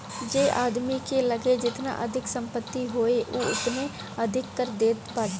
जे आदमी के लगे जेतना अधिका संपत्ति होई उ ओतने अधिका कर देत बाटे